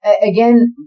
Again